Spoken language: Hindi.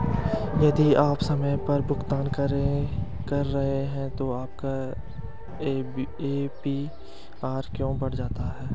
यदि आप समय पर भुगतान कर रहे हैं तो आपका ए.पी.आर क्यों बढ़ जाता है?